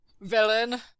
VILLAIN